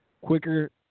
quicker